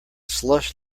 slush